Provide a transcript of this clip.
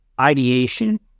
ideation